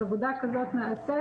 אז עבודה כזאת נעשית,